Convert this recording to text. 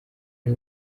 ari